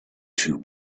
two